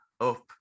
up